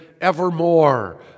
evermore